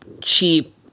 cheap